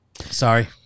Sorry